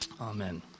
Amen